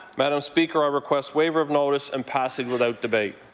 madam speaker i request waiver of notice and passing without debate.